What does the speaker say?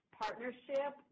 partnership